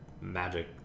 magic